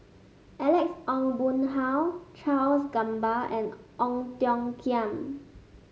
Alex Ong Boon Hau Charles Gamba and Ong Tiong Khiam